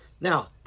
Now